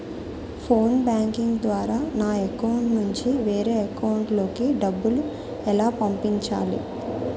Phone banking ద్వారా నా account నుంచి వేరే అకౌంట్ లోకి డబ్బులు ఎలా పంపించాలి?